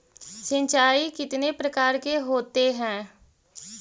सिंचाई कितने प्रकार के होते हैं?